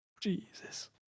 Jesus